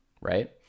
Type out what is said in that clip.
right